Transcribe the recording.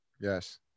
Yes